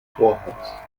torhaus